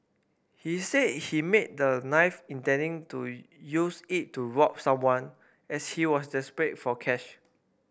he said he made the knife intending to use it to rob someone as she was desperate for cash